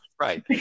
right